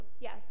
Yes